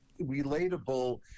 relatable